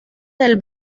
del